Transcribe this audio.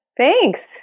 Thanks